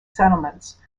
settlements